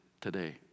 today